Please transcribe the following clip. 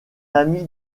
ami